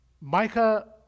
Micah